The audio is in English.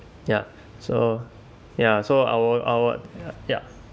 ya so ya so I'll I'll yup